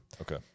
Okay